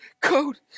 code